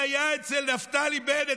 שהיה אצל נפתלי בנט,